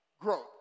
Growth